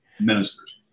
ministers